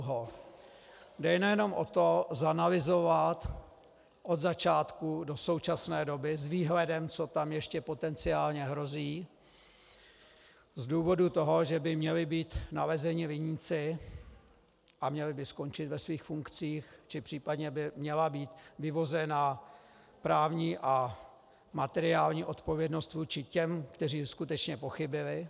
Jde jenom o to zanalyzovat od začátku do současné doby s výhledem, co tam ještě potenciálně hrozí, z důvodu toho, že by měli být nalezeni viníci a měli by skončit ve svých funkcích, či případně by měla být vyvozena právní a materiální odpovědnost vůči těm, kteří skutečně pochybili.